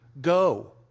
go